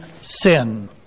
sin